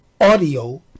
audio